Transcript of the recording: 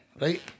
right